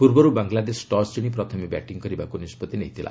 ପର୍ବର୍ Bangladesh toss ଜିଶି ପ୍ରଥମେ batting କରିବାକୁ ନିଷ୍ପଭି ନେଇଥିଲା